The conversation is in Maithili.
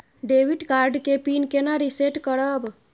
डेबिट कार्ड के पिन केना रिसेट करब?